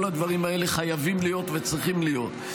כל הדברים האלה חייבים להיות וצריכים להיות.